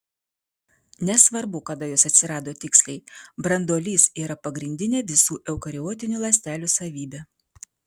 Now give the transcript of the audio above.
nesvarbu kada jos atsirado tiksliai branduolys yra pagrindinė visų eukariotinių ląstelių savybė